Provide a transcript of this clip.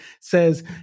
says